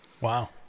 Wow